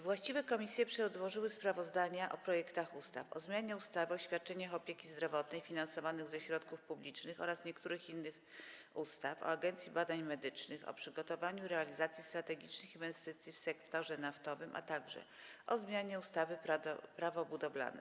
Właściwe komisje przedłożyły sprawozdania o projektach ustaw: - o zmianie ustawy o świadczeniach opieki zdrowotnej finansowanych ze środków publicznych oraz niektórych innych ustaw, - o Agencji Badań Medycznych, - o przygotowaniu i realizacji strategicznych inwestycji w sektorze naftowym, - o zmianie ustawy Prawo budowlane.